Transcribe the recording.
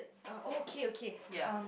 uh okay okay um